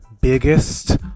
biggest